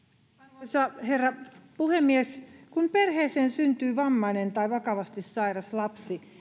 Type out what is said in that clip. arvoisa herra puhemies kun perheeseen syntyy vammainen tai vakavasti sairas lapsi